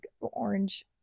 orange